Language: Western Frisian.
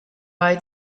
wei